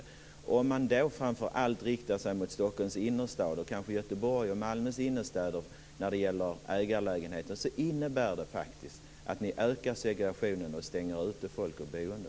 Om man när det gäller ägarlägenheter framför allt riktar sig mot Stockholms innerstad, och kanske också mot innerstaden i Göteborg och Malmö, ökar man segregationen och stänger ute folk från boende.